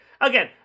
Again